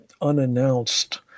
unannounced